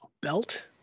Belt